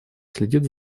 следит